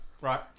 right